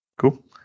Cool